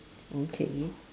okay